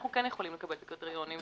אנחנו כן יכולים לקבל את הקריטריונים.